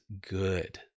good